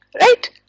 right